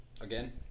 again